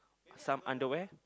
some underwear